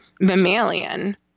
mammalian